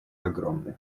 огромны